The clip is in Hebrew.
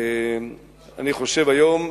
ואני חושב שהיום,